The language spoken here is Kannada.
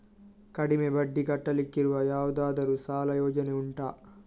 ಕಡಿಮೆ ಬಡ್ಡಿ ಕಟ್ಟಲಿಕ್ಕಿರುವ ಯಾವುದಾದರೂ ಸಾಲ ಯೋಜನೆ ಉಂಟಾ